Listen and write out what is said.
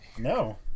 no